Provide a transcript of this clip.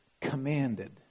commanded